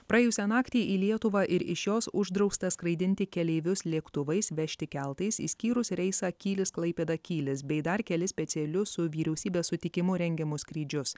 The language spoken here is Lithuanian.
praėjusią naktį į lietuvą ir iš jos uždrausta skraidinti keleivius lėktuvais vežti keltais išskyrus reisą kylis klaipėda kylis bei dar kelis specialius su vyriausybės sutikimu rengiamus skrydžius